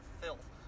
filth